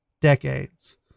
decades